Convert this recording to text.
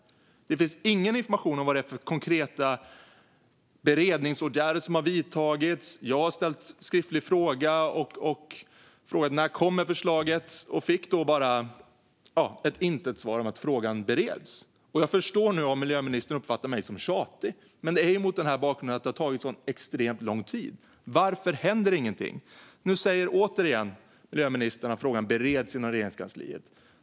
Det finns ingen information om vilka konkreta beredningsåtgärder som har vidtagits. Jag har ställt en skriftlig fråga om när förslaget kommer. Då fick jag ett icke-svar om att ärendet bereds. Jag förstår om ministern nu uppfattar mig som tjatig, men det är mot bakgrund av att detta har tagit extremt lång tid. Varför händer ingenting? Nu säger miljöministern återigen att frågan bereds i Regeringskansliet.